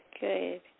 good